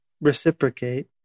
reciprocate